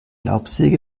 laubsäge